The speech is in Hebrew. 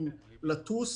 בקבוצות תיירים,